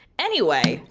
anyway,